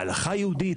הלכה יהודית,